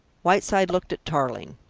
whiteside looked at tarling.